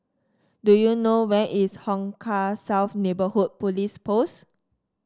do you know where is Hong Kah South Neighbourhood Police Post